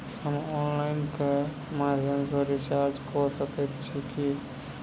हम ऑनलाइन केँ माध्यम सँ रिचार्ज कऽ सकैत छी की?